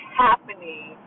happening